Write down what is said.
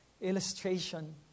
illustration